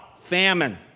famine